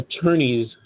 attorneys